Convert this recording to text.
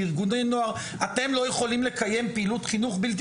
לארגוני נוער אתם לא יכולים לקיים פעילות חינוך בלתי